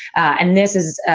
and, this is,